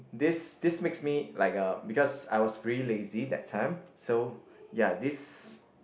this this makes me like uh because I was really lazy that time so ya this